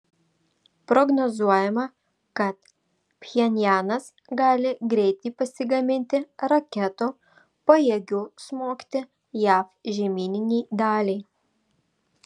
prognozuojama kad pchenjanas gali greitai pasigaminti raketų pajėgių smogti jav žemyninei daliai